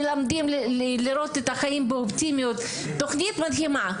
מלמדים לראות את החיים באופטימיות, תוכנית מדהימה.